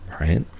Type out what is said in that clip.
right